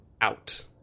out